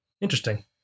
Interesting